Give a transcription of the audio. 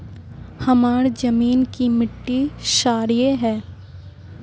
हमार जमीन की मिट्टी क्षारीय है?